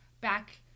back